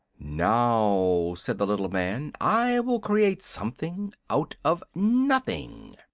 now, said the little man, i will create something out of nothing.